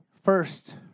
first